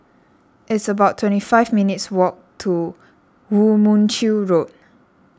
it's about twenty five minutes' walk to Woo Mon Chew Road